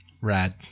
Rad